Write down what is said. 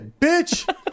bitch